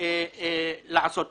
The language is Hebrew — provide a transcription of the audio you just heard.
לעשות תמיד.